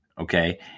okay